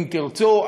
אם תרצו,